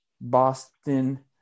Boston